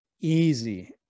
easy